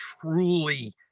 truly